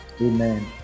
amen